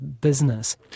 business